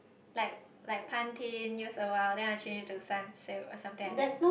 like like Pantene use a while then I will change to Sunsilk or something like that